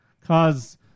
cause